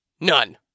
None